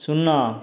ଶୂନ